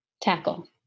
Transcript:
tackle